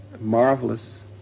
marvelous